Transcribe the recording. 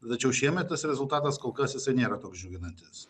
tačiau šiemet tas rezultatas kol kas jisai nėra toks džiuginantis